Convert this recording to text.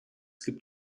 gibt